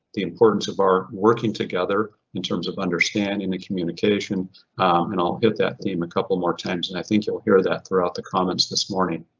the importance of our working together in terms of understanding the communication and i'll hit that theme a couple more times and i think you'll hear that throughout the comments this morning.